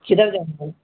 کدھر جانا ہے